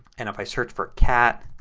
and if i search for cat